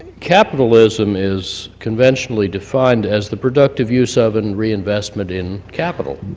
capitalism is conventionally defined as the productive use of and reinvestment in capital,